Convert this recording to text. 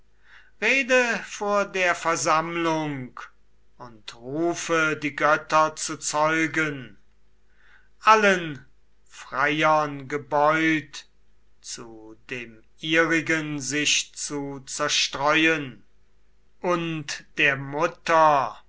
rede vor der versammlung und rufe die götter zu zeugen allen freiern gebeut zu dem ihrigen sich zu zerstreuen und der mutter